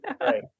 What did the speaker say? right